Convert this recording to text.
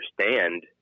understand